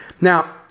Now